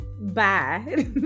Bye